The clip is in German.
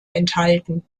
enthalten